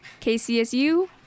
KCSU